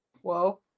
Whoa